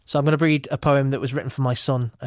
so but to read a poem that was written for my son,